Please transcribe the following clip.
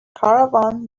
caravan